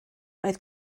oedd